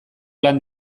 lan